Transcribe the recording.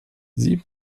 sie